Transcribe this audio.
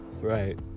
right